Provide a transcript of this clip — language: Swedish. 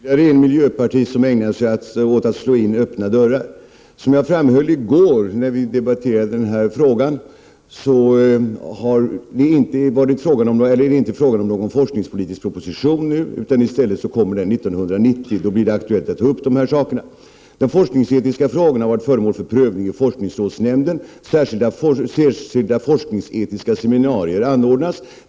Fru talman! Jag konstaterar att ytterligare en miljöpartist ägnar sig åt att slå in öppna dörrar. Som jag framhöll i går när vi debatterade den här frågan är det inte nu fråga om någon forskningspolitisk proposition. En sådan kommer 1990, och då blir det aktuellt att ta upp de här sakerna. De forskningsetiska frågorna har varit föremål för prövning i forskningsrådsnämnden. Särskilda forskningsetiska seminarier anordnas.